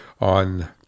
on